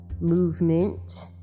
movement